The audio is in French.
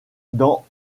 dans